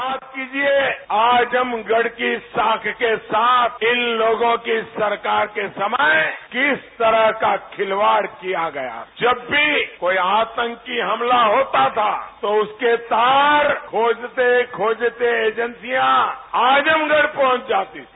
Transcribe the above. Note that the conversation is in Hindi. याद कीजिये आजमगढ़ की साख के साथ इन लोगों की सरकार के समय किस तरह का खिलवाड़ किया गया जब भी कोई आतंकी हमला होता था तो उसके तार खोजते खोजते एजेंसिया आजमगढ़ पहुंच जाती थी